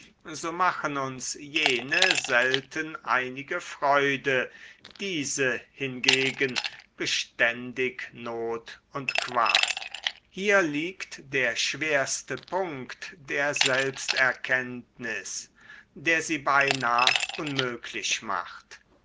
so machen uns jene selten einige freude diese hingegen beständig not und qual hier liegt der schwerste punkt der selbsterkenntnis der sie beinah unmöglich macht